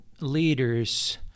leaders